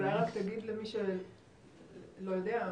אולי רק תגיד למי שלא יודע,